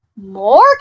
More